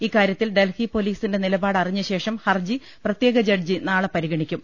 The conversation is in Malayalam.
ഇക്കാര്യത്തിൽ ഡൽഹി പൊലീസിന്റെ നിലപാട് അറിഞ്ഞ ശേഷം ഹർജി പ്രത്യേക ജഡ്ജി നാളെ പരിഗണിക്കും